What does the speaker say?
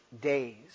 days